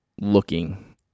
looking